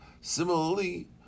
Similarly